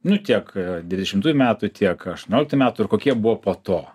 nu tiek dvidešimtųjų metų tiek aštuonioliktų metų ir kokie buvo po to